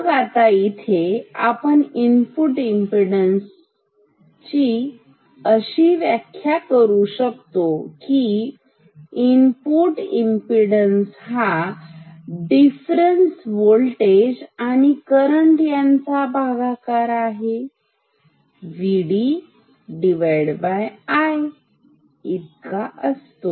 मग आता इथे आपण इनपुट इमपीडन्स ची अशी व्याख्या करू शकतो की इनपूट इमपीडन्स हा डिफरन्ससियल होल्टेज आणि करंट यांच्या भागाकार V d I इतका असतो